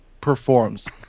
performs